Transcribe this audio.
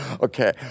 Okay